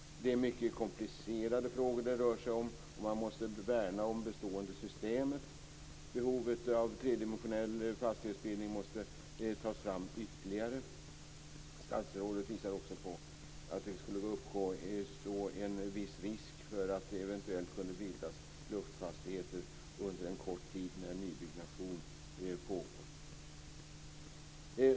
Det är mycket komplicerade frågor det rör sig om, och man måste värna om det bestående systemet. Behovet av tredimensionell fastighetsbildning måste tas fram ytterligare. Statsrådet visar också på att det skulle uppstå en viss risk för att det eventuellt skulle bildas luftfastigheter under en kort tid när nybyggnation pågår.